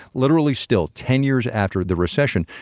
literally, still ten years after the recession,